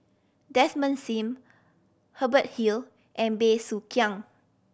Desmond Sim Hubert Hill and Bey Soo Khiang